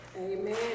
Amen